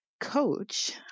coach